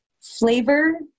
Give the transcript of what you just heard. flavor